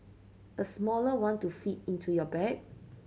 a smaller one to fit into your bag